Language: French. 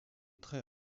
très